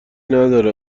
نداره